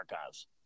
archives